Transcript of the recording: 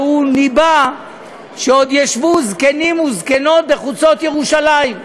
שניבא שעוד ישבו זקנים וזקנות בחוצות ירושלים.